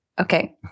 Okay